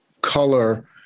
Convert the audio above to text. color